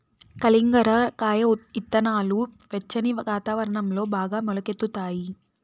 కలింగర కాయ ఇత్తనాలు వెచ్చని వాతావరణంలో బాగా మొలకెత్తుతాయి